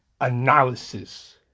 analysis